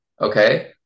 okay